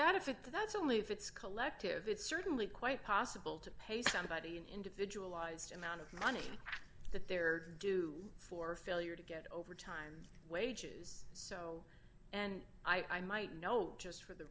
that if it that's only if it's collective it's certainly quite possible to pay somebody an individualized amount of money that they're due for failure to get overtime wages so and i might note just for the